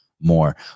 more